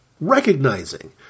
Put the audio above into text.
recognizing